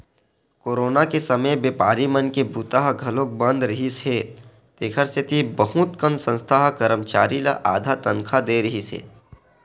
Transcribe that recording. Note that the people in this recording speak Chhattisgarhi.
कोरोना के समे बेपारी मन के बूता ह घलोक बंद रिहिस हे तेखर सेती बहुत कन संस्था ह करमचारी ल आधा तनखा दे रिहिस हे